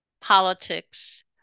politics